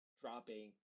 dropping